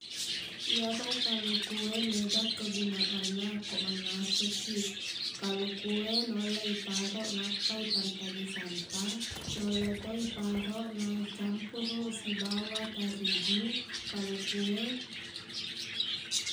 Iyaro kaluku e mega kegunaanna ko mannasukiq kaluku e naulle iparoq nappa ipantaji santang naulleto iparoq naicampuruq sibawa tarigu kaluku e